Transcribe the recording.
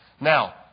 Now